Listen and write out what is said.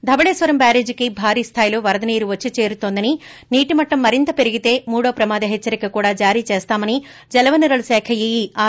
ధవళేశ్వరం బ్యారేజీకి భారీస్లాయిలో వరద నీరు వచ్చి చేరుతోందని నీటిమట్టం మరింత పెరిగితే మూడో ప్రమాద హెచ్చరిక కూడా జారీ చేస్తామని జలవనరుల శాఖ ఈఈ ఆర్